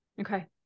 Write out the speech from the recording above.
Okay